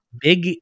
big